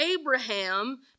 Abraham